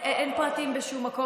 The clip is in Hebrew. אין פרטים בשום מקום.